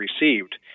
received